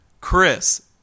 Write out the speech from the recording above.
Chris